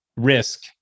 risk